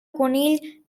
conill